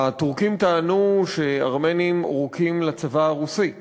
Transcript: הטורקים טענו שארמנים עורקים לצבא הרוסי,